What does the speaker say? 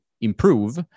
improve